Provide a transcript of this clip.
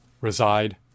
reside